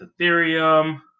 ethereum